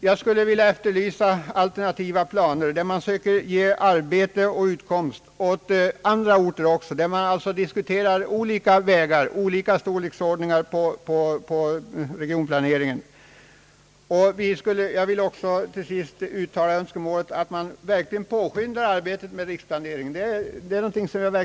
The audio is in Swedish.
Jag vill efterlysa alternativa planer där man söker ge utrymme för arbete och utkomst också på andra orter, där man diskuterar olika vägar att gå, olika storleksordningar på regionplanen. Till sist vill jag uttala önskemålet att man verkligen påskyndar arbetet med riksplaneringen.